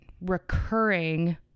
recurring